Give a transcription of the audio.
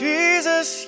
Jesus